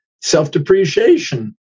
self-depreciation